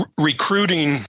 recruiting